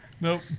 Nope